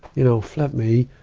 you know, flip me,